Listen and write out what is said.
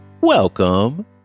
welcome